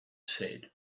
said